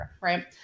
right